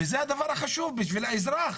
וזה הדבר החשוב בשביל האזרח.